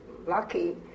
lucky